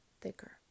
thicker